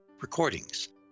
recordings